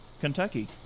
Kentucky